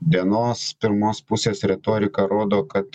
dienos pirmos pusės retorika rodo kad